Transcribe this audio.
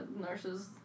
nurse's